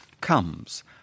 comes